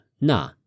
na